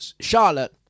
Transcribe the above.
Charlotte